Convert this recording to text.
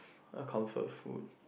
a comfort food